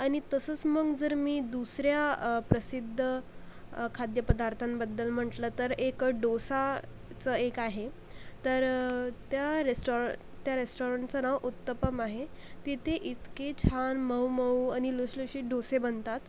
आणि तसंच मग जर मी दुसऱ्या प्रसिद्ध खाद्य पदार्थांबद्दल म्हटलं तर एक डोसा चं एक आहे तर त्या रेस्टॉ त्या रेस्टॉरंटचं नाव उत्तपम आहे तिथे इतके छान मऊमऊ आणि लुसलुशीत डोसे बनतात